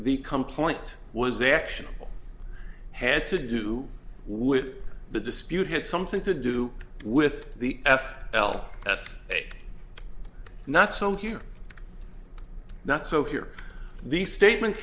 the complaint was the action had to do with the dispute had something to do with the f l that's not so here not so here the statement